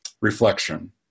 reflection